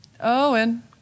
Owen